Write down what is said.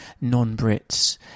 non-Brits